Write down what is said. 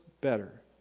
better